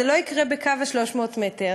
זה לא יקרה בקו 300 המטר,